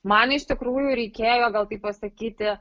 man iš tikrųjų reikėjo gal taip pasakyti